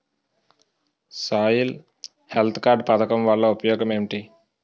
Soil health card పథకం వల్ల ఉపయోగం ఏంటి?